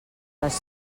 les